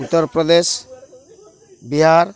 Uttar Pradesh Bihar